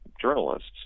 journalists